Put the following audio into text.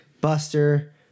Buster